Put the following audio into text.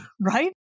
right